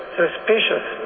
suspicious